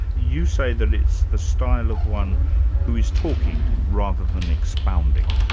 you say that it's the style of one who is talking, rather than expounding.